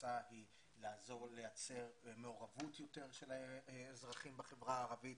ההמלצה היא לעזור לייצר מעורבות יותר של האזרחים בחברה הערבית,